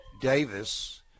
Davis